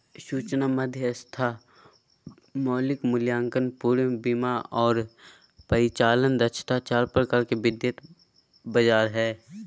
सूचना मध्यस्थता, मौलिक मूल्यांकन, पूर्ण बीमा आर परिचालन दक्षता चार प्रकार के वित्तीय बाजार हय